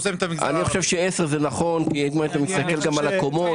אני חושב ש-10 זה נכון כי אתה צריך להסתכל גם על מספר הקומות.